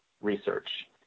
research